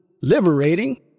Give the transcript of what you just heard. liberating